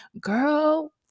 Girl